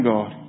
God